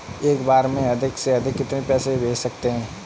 एक बार में अधिक से अधिक कितने पैसे भेज सकते हैं?